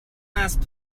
last